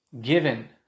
given